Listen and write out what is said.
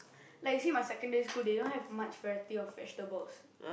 like you see my secondary school they don't have much variety of vegetables